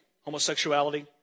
homosexuality